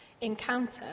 encounter